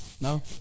No